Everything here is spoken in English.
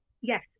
yes